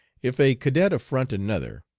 if a cadet affront another,